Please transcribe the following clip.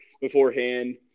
beforehand